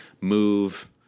move